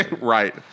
Right